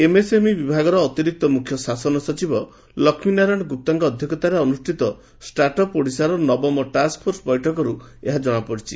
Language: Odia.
ଏମ୍ଏସ୍ଏମ୍ଇ ବିଭାଗର ଅତିରିକ୍ତ ମୁଖ୍ୟ ଶାସନ ସଚିବ ଲକ୍ଷ୍ମୀନାରାୟଣ ଗୁପ୍ତାଙ୍କ ଅଧ୍ଧକ୍ଷତାରେ ଅନୁଷ୍ଠିତ ଷ୍ଟାର୍ଟ ଅପ୍ ଓଡ଼ିଶାର ନବମ ଟାସ୍କ ଫୋର୍ସ ବୈଠକରୁ ଏହା ଜଶାପଡ଼ିଛି